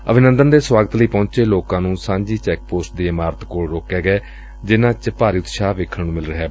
ਅਭਿਨੰਦਨ ਦੈ ਸੁਆਗਤ ਲਈ ਪਹੁੰਚੇ ਲੋਕਾਂ ਨੂੰ ਸਾਂਝੀ ਚੈੱਕ ਪੋਸਟ ਦੀ ਇਮਾਰਤ ਕੋਲ ਰੋਕਿਆ ਗਿਐ ਜਿਨਾ ਚ ਭਾਰੀ ਉਤਸ਼ਾਹ ਵੇਖਣ ਨੂੰ ਮਿਲ ਰਿਹੈ